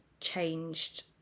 changed